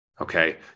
okay